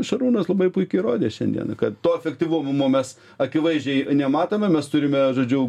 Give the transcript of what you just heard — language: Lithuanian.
šarūnas labai puikiai rodė šiandien kad to efektyvumo mes akivaizdžiai nematome mes turime žodžiu